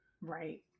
Right